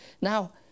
Now